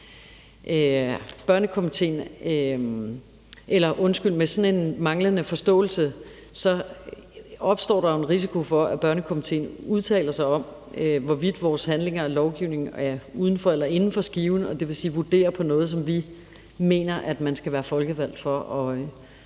Med sådan en manglende forståelse opstår der en risiko for, at Børnekomitéen udtaler sig om, hvorvidt vores handlinger og lovgivning er uden for eller inden for skiven, dvs. vurderer noget, som vi mener man skal være folkevalgt for